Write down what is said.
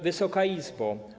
Wysoka Izbo!